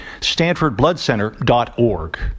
stanfordbloodcenter.org